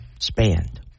spanned